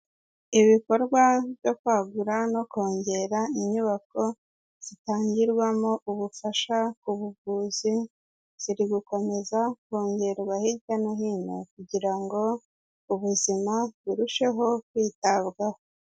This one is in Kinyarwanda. Ibikorwa byo kwagura no kongera inyubako zitangirwamo ubufasha ku buvuzi, ziri gukomeza kongerwa hirya no hino kugira ngo ubuzima burusheho kwitabwaho.